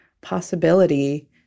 possibility